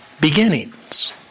beginnings